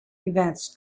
events